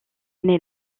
année